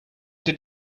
did